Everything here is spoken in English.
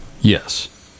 Yes